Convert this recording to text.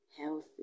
healthy